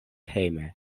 hejme